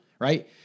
right